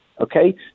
Okay